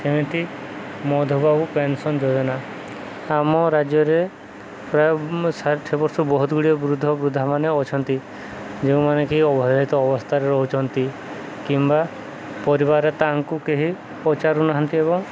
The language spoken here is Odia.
ସେମିତି ମଧୁବାବ ପେନ୍ସନ୍ ଯୋଜନା ଆମ ରାଜ୍ୟରେ ପ୍ରାୟ ଷାଠିଏ ବର୍ଷ ବହୁତଗୁଡ଼ିଏ ବୃଦ୍ଧ ବୃଦ୍ଧାମାନେ ଅଛନ୍ତି ଯେଉଁମାନେ ଅବହେଳିତ ଅବସ୍ଥାରେ ରହୁଛନ୍ତି କିମ୍ବା ପରିବାରରେ ତାଙ୍କୁ କେହି ପଚାରୁନାହାନ୍ତି ଏବଂ